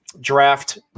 draft